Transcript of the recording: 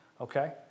okay